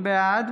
בעד